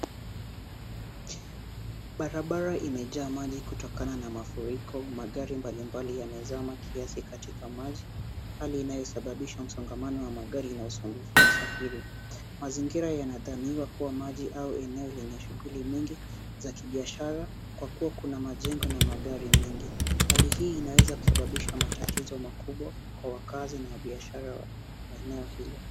Barabara imejaa maji kutokana na mafuriko. Magari mbali mbali yamezama kiasi katika maji. Hali inayosababisha msongamano wa magari na usumbufu kwa usafiri. Mazingira yanadhaniwa kuwa maji au eneo lenye shughuli mingi za kibiashara kwa kuwa kuna majengo na magari mingi. Hali hii inaweza kusababisha matatizo makubwa kwa wakazi na wanabiashara wa eneo hilo.